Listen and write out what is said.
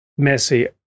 Messi